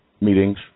meetings